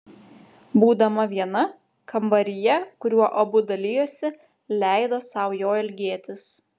būdama viena kambaryje kuriuo abu dalijosi leido sau jo ilgėtis